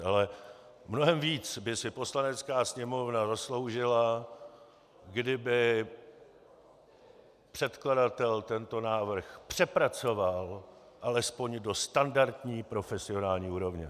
Ale mnohem víc by si Poslanecká sněmovna zasloužila, kdyby předkladatel tento návrh přepracoval alespoň do standardní profesionální úrovně.